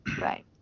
Right